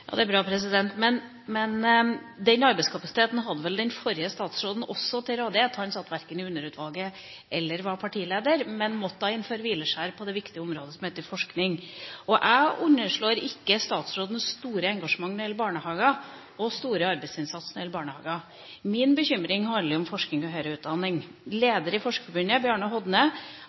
Det er bra, men den arbeidskapasiteten hadde vel den forrige statsråden også til rådighet. Han satt verken i underutvalget eller var partileder, men måtte innføre hvileskjær på det viktige området som heter forskning. Jeg underslår ikke statsrådens store engasjement og store arbeidsinnsats når det gjelder barnehager. Min bekymring handler om forskning og høyere utdanning. Leder i Forskerforbundet, Bjarne Hodne,